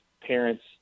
parents